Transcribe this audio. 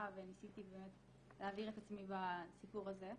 וניסיתי באמת להעביר את עצמי בסיפור הזה.